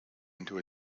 into